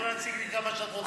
את יכולה להציק לי כמה שאת רוצה.